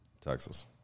Texas